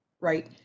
right